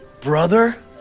Brother